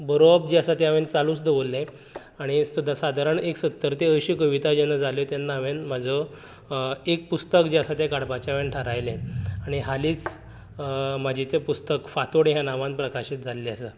बरोवप जे आसा तें हांवेन चालूच दवरलें आनी सादारण एक सत्तर तें अयशीं कविता जेन्ना जाल्यो तेन्ना हांवेन म्हाजो एक पुस्तक जे आसा तें काडपाचें हांवेन थारायलें आनी हालींच म्हाजें ते पुस्तक फांतोड ह्या नांवान प्रकाशीत जाल्लें आसा